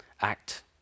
act